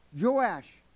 Joash